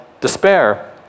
despair